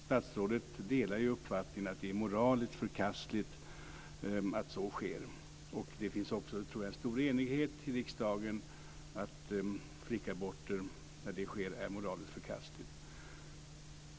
Statsrådet delar uppfattningen att det är moraliskt förkastligt att så sker. Jag tror också att det finns en stor enighet i riksdagen om att det är moraliskt förkastligt att flickaborter sker.